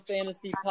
Fantasy